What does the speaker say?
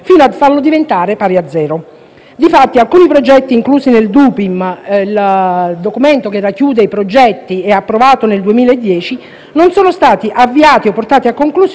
Difatti, alcuni progetti inclusi nel DUPIM, il documento che racchiude i progetti approvati nel 2010, non sono stati avviati o portati a conclusione perché ad oggi quel fondo è pari a zero.